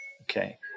okay –